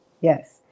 Yes